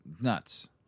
nuts